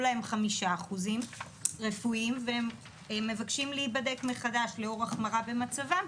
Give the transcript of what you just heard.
להם 5% רפואיים והם מבקשים להיבדק מחדש בשל החמרה במצבם,